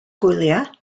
gwyliau